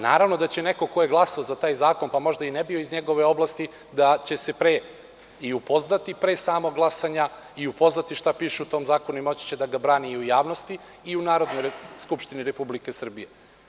Naravno da će neko ko je glasao za taj zakon, makar možda i ne bio iz njegove oblasti, da će se pre samog glasanja i upoznati i videti šta piše u tom zakonu i moći će da ga brani i u javnosti i u Narodnoj skupštini Republike Srbije.